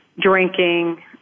drinking